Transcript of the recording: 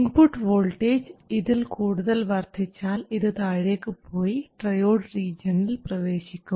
input voltage ഇതിൽ കൂടുതൽ വർദ്ധിച്ചാൽ ഇത് താഴേക്ക് പോയി ട്രയോഡ് റീജിയണിൽ പ്രവേശിക്കും